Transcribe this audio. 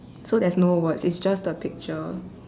so there's no words it's just the picture